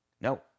No